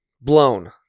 Blown